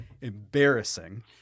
embarrassing